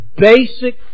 basic